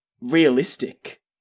realistic